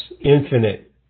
infinite